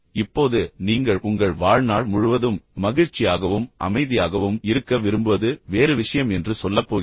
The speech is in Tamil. இப்போது நீங்கள் உங்கள் வாழ்நாள் முழுவதும் மகிழ்ச்சியாகவும் அமைதியாகவும் இருக்க விரும்புவது வேறு விஷயம் என்று சொல்லப் போகிறீர்கள்